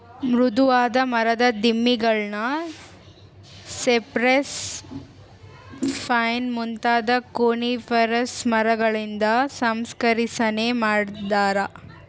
ಮೃದುವಾದ ಮರದ ದಿಮ್ಮಿಗುಳ್ನ ಸೈಪ್ರೆಸ್, ಪೈನ್ ಮುಂತಾದ ಕೋನಿಫೆರಸ್ ಮರಗಳಿಂದ ಸಂಸ್ಕರಿಸನೆ ಮಾಡತಾರ